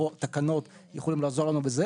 התקנות יכולות לעזור לנו בזה